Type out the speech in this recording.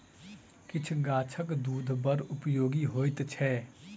किछ गाछक दूध बड़ उपयोगी होइत छै